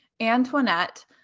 Antoinette